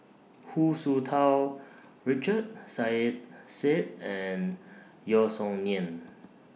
Hu Tsu Tau Richard Saiedah Said and Yeo Song Nian